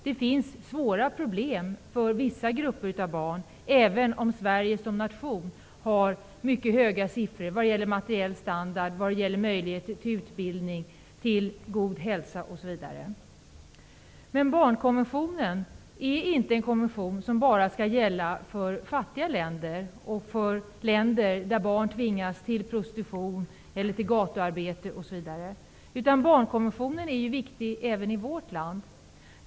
Det finns svåra problem för vissa grupper av barn, även om Sverige som nation har mycket höga siffror vad gäller materiell standard, möjligheter till utbildning och god hälsa. Men barnkonventionen är inte en konvention som bara skall gälla för fattiga länder och för länder där barn tvingas till prostitution eller till gatuarbete. Barnkonventionen är viktig även i vårt land.